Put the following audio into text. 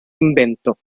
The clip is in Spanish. invento